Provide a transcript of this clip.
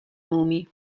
nomi